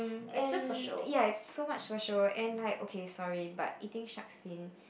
and ya so much for show and right okay sorry but eating shark's fin